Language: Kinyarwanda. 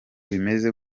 bimeze